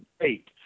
eight